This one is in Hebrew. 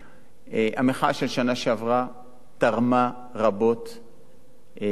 המחאה של השנה שעברה תרמה רבות לשיח הציבורי.